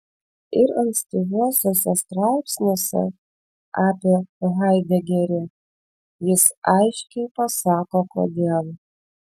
ir ankstyvuosiuose straipsniuose apie haidegerį jis aiškiai pasako kodėl